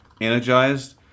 energized